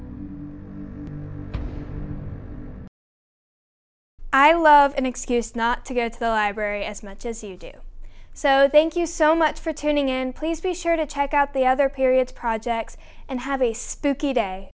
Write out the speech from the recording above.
i love an excuse not to go to the library as much as you do so thank you so much for tuning in please be sure to check out the other periods projects and have a spooky day